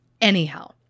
Anyhow